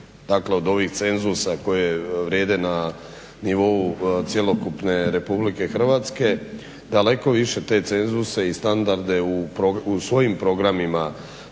od ovih cenzusa koji vrijede na nivou cjelokupne Republike Hrvatske, daleko više te cenzuse i standarde u svojim programima